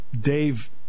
Dave